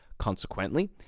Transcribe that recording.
Consequently